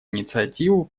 инициативу